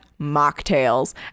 mocktails